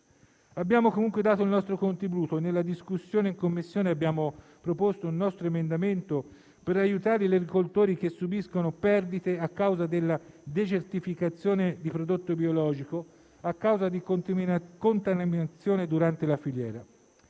Abbiamo comunque dato il nostro contributo. Nella discussione in Commissione abbiamo proposto un nostro emendamento per aiutare gli agricoltori che subiscono perdite a causa della decertificazione di prodotto biologico a seguito di contaminazione durante la filiera.